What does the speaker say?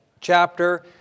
chapter